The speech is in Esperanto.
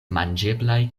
manĝeblaj